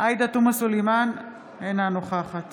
עאידה תומא סלימאן, אינה נוכחת